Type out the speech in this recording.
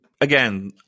Again